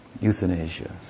Euthanasia